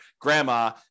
grandma